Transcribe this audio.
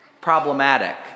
problematic